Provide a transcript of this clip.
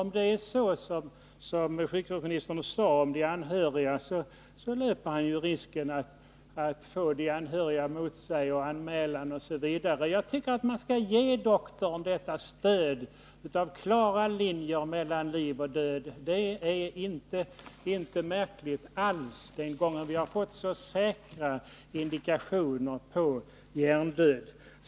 Om det är så som sjukvårdsministern sade riskerar han att få de anhöriga mot sig, bli anmäld osv. Jag tycker att man skall ge läkaren det stöd som klara linjer i definitionen av vad som är liv och vad som är död innebär. Det är inte alls något märkligt i ett sådant avgörande när vi en gång fått säkra indikationer på hjärndöd.